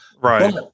Right